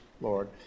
Lord